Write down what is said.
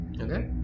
Okay